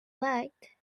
like